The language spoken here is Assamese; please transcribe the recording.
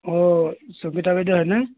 অ' সবীতা বাইদেউ হয়নে